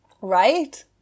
Right